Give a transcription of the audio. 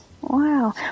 Wow